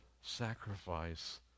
sacrifice